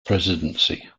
presidency